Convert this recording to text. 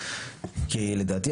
לדעתי,